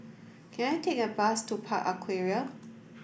can I take a bus to Park Aquaria